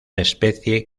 especie